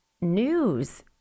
news